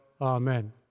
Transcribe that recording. amen